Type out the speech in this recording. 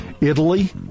Italy